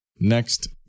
next